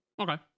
Okay